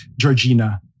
Georgina